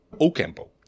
Ocampo